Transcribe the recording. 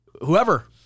whoever